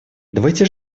давайте